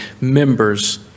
members